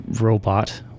robot